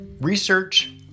Research